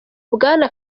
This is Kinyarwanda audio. bwana